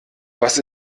was